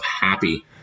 happy